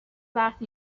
وخت